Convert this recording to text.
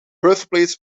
birthplace